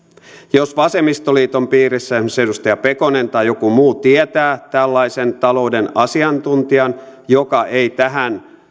jos vasemmistoliiton piirissä esimerkiksi edustaja pekonen tai joku muu tietää tällaisen talouden asiantuntijan joka ei tähän